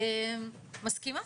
מסכימה.